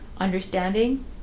understanding